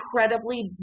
incredibly